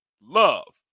love